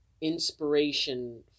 inspiration